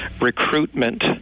recruitment